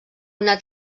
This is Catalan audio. una